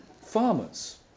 farmers